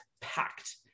packed